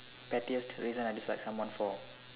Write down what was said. pettiest reason I dislike someone for